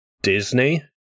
Disney